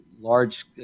large